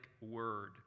word